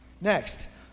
Next